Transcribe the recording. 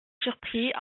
surpris